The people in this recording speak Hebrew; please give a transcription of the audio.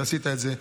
ושעשית את זה.